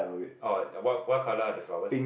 oh what what colour are the flowers